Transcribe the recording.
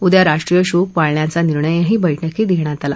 उद्या राष्ट्रीय शोक पाळण्याचा निर्णयही बैठकीत घप्यात आला